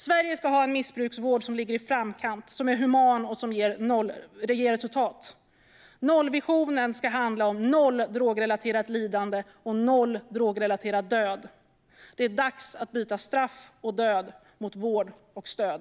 Sverige ska ha en missbruksvård som ligger i framkant, som är human och som ger resultat. Nollvisionen ska handla om noll drogrelaterat lidande och noll drogrelaterad död. Det är dags att byta straff och död mot vård och stöd.